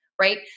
right